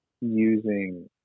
using